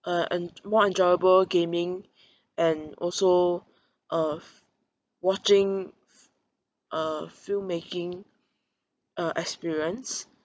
uh enj~ more enjoyable gaming and also uh watching uh filmmaking uh experience